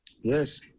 Yes